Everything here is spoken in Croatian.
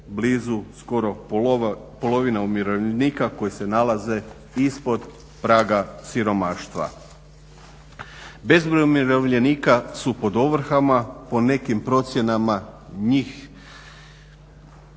blizu skoro polovine umirovljenika koji se nalaze ispod praga siromaštva. Bezbroj umirovljenika su pod ovrhama, po nekim procjenama njih